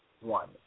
one